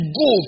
go